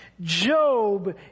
Job